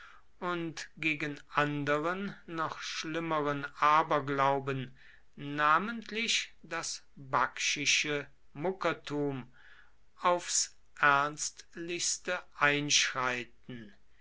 und gegen anderen noch schlimmeren aberglauben namentlich das bakchische muckertum aufs ernstlichste einschreiten